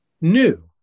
new